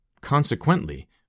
Consequently